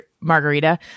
margarita